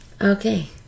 Okay